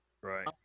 Right